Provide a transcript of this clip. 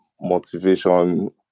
motivation